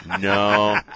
No